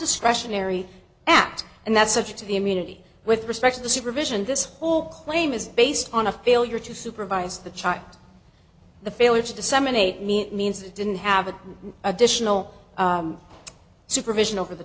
discretionary act and that's attached to the immunity with respect to the supervision this whole claim is based on a failure to supervise the child the failure to disseminate means it didn't have an additional supervision over the